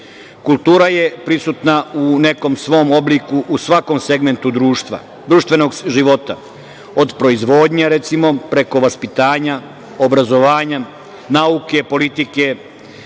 Kultura je prisutna u nekom svom obliku u svakom segmentu društvenog života, od proizvodnje, recimo, preko vaspitanja, obrazovanja, nauke, politike,